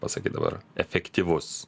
pasakyt dabar efektyvus